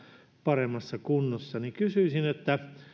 paremmassa kunnossa niin kysyisin